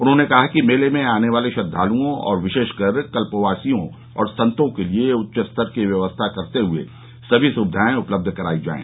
उन्होंने कहा कि मेले में आने वाले श्रद्वालुओं और विशेषकर कल्पवासियों और संतों के लिये उच्चस्तर की व्यवस्था करते हए समी सुविधाएं उपलब्ध कराई जाये